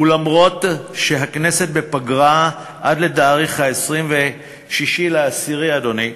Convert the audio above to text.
ואף שהכנסת בפגרה עד לתאריך 26 באוקטובר, אדוני,